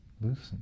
loosen